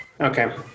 Okay